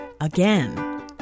again